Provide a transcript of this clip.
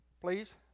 Please